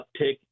uptick